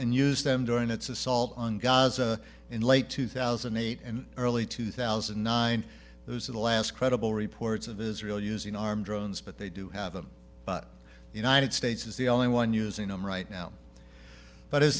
and used them during its assault on gaza in late two thousand and eight and early two thousand and nine those are the last credible reports of israel using armed drones but they do have them but united states is the only one using them right now but as